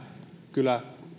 kyllä